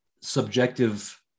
subjective